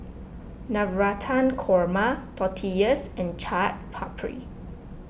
Navratan Korma Tortillas and Chaat Papri